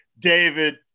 David